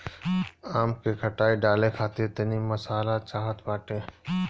आम के खटाई डाले खातिर तनी मसाला चाहत बाटे